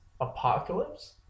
Apocalypse